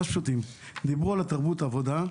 דיברו על תרבות עבודה.